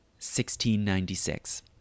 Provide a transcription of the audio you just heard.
1696